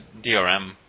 DRM